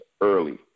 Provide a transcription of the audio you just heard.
early